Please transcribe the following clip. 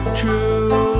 true